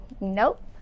nope